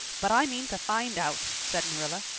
but i mean to find out, said marilla.